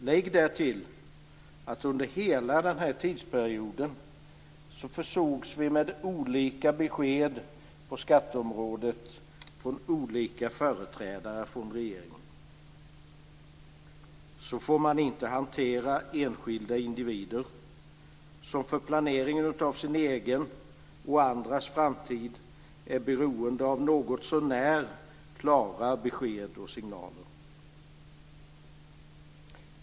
Lägg därtill att under hela den här tidsperioden försågs vi med olika besked på skatteområdet från olika företrädare för regeringen. Så får man inte hantera enskilda individer, som för planering av sin egen och andras framtid är beroende av något så när klara besked och signaler.